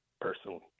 personally